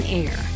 air